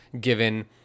given